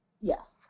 Yes